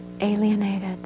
alienated